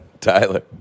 Tyler